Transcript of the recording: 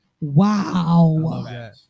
wow